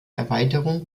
erweiterung